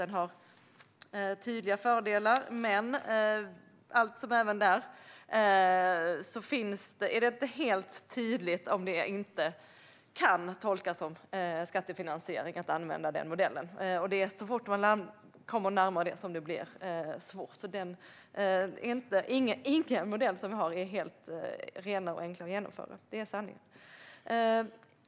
Det har tydliga fördelar, men även där är det inte helt tydligt om det inte kan tolkas som skattefinansiering att använda den modellen, och det är så fort man kommer närmare det som det blir svårt. Ingen modell som vi har är helt enkel att genomföra. Det är sanningen.